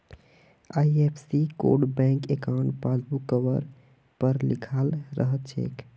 IFSC code bank अंकाउट पासबुकवर पर लिखाल रह छेक